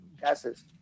gases